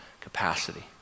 capacity